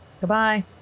Goodbye